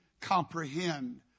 comprehend